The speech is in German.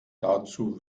dazu